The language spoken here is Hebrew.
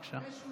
בבקשה.